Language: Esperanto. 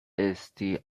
esti